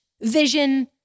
vision